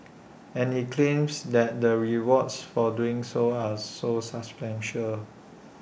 and he claims that the rewards for doing so are so substantial